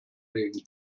legen